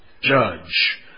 judge